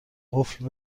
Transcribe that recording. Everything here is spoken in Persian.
قفل